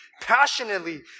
passionately